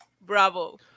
bravo